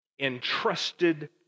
entrusted